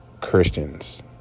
Christians